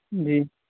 جی